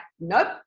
nope